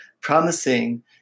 promising